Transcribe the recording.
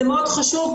זה מאוד חשוב,